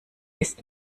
ist